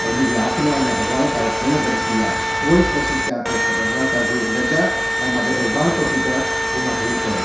पर मुंहिंजी आत्मा अञा भगवान सां ए कोन्ह गॾ थी आहे उहेई कोशिशि कयां थो त भगवान सां गुर गॾ जां ऐं मां जेको उबाणको थी पियो आहियां हू मा दूरि कयां